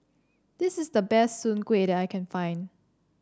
this is the best Soon Kuih that I can find